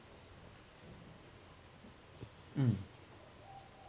mm